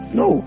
no